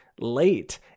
late